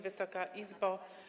Wysoka Izbo!